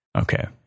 Okay